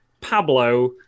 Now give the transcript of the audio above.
Pablo